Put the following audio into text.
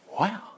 Wow